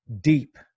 deep